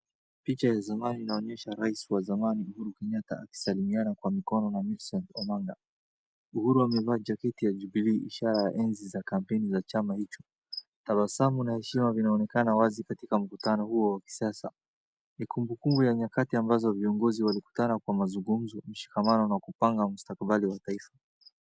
Picha ya zamani inaonyesha rais wa zamani Uhuru Kenyatta akisalimia kwa mikono na Millicent Omanga. Uhuru amevaak jaketi ya jubilii ishara ya enzi za kampeni za chama hicho. Tabasamu na heshima vinaonekana wazi katika mkutano huo wa kisiasa. Ni kumbukumbu ya nyakati ambazo viongozi walikutana kwa mazungumzo, mshikamano na kupanga mustakabali wa kitaifa.